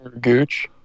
gooch